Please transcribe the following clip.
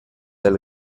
del